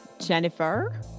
Jennifer